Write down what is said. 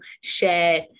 share